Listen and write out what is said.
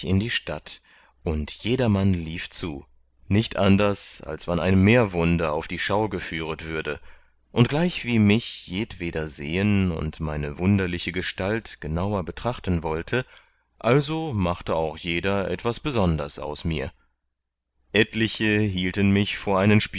in die stadt und jedermann lief zu nicht anders als wann ein meerwunder auf die schau geführet würde und gleichwie mich jedweder sehen und meine wunderliche gestalt genauer betrachten wollte also machte auch jeder etwas besonders aus mir etliche hielten mich vor einen